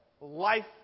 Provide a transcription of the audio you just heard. life